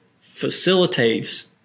facilitates